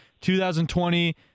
2020